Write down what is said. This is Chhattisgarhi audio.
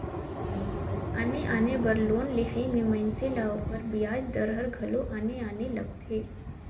आने आने बर लोन लेहई में मइनसे ल ओकर बियाज दर हर घलो आने आने लगथे